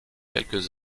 quelques